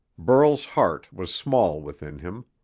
burl's heart was small within him.